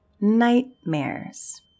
nightmares